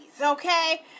okay